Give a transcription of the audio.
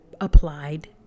applied